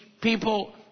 people